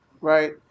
right